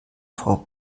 frau